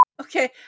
Okay